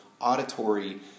auditory